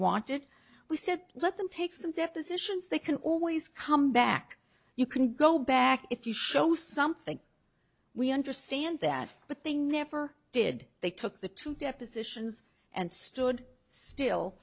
wanted we said let them take some depositions they can always come back you can go back if you show something we understand that but they never did they took the two depositions and stood still